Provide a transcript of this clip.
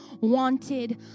wanted